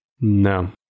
No